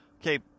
Okay